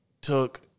took